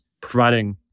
Providing